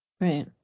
Right